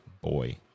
boy